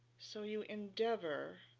so you endeavor